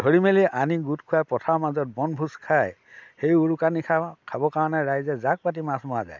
ধৰি মেলি আনি গোট খুৱাই পথাৰৰ মাজত বনভোজ খায় সেই উৰুকা নিশা খাব কাৰণে ৰাইজে জাক পাতি মাছ মৰা যায়